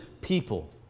people